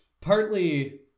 Partly